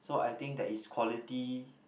so I think that is quality